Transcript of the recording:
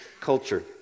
culture